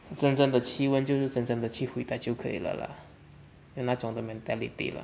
是真正的去问就是真正的去回答就可以 liao lah 要那种的 mentality 的